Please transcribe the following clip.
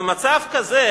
במצב כזה,